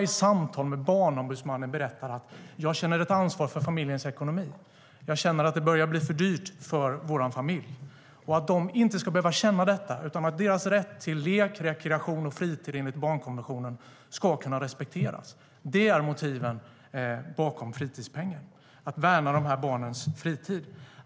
I samtal med Barnombudsmannen har barnen själva berättat att de känner ett ansvar för familjens ekonomi. De känner att det börjar bli för dyrt för deras familj. Barnen ska inte behöva känna detta. Deras rätt till lek, rekreation och fritid enligt barnkonventionen ska kunna respekteras. Det är motiven till fritidspengen, att värna de här barnens fritid.